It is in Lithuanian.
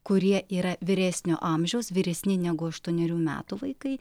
kurie yra vyresnio amžiaus vyresni negu aštuonerių metų vaikai